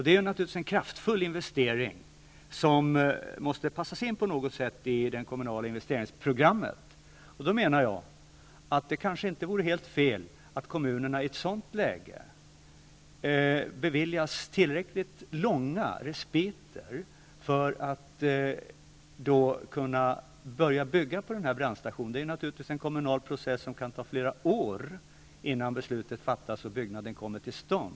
Det är naturligtvis en kraftfull investering, som måste passas in på något sätt i det kommunala investeringsprogrammet. Då menar jag att det kanske inte vore helt fel att kommunerna i ett sådant läge beviljades tillräckligt långa respiter för att kunna börja bygga på denna brandstation. Det är naturligtvis en kommunal process som kan ta flera år, innan beslutet fattas och byggnaden kommer till stånd.